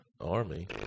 Army